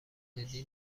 جدی